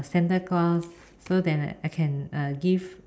Santa-Claus so then I can uh give